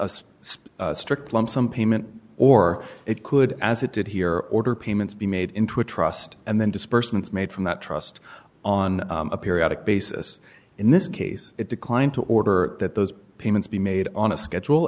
sp strict lump sum payment or it could as it did here order payments be made into a trust and then dispersants made from that trust on a periodic basis in this case it declined to order that those payments be made on a schedule